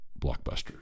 Blockbuster